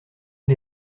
est